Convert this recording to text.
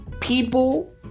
people